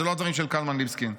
אלה לא הדברים של קלמן ליבסקינד,